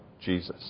Jesus